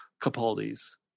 Capaldi's